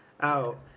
out